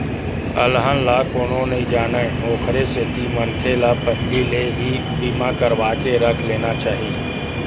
अलहन ला कोनो नइ जानय ओखरे सेती मनखे ल पहिली ले ही बीमा करवाके रख लेना चाही